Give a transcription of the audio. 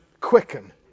quicken